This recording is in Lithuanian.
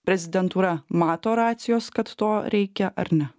prezidentūra mato racijos kad to reikia ar ne